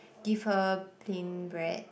give her plain bread